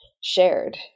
shared